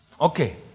Okay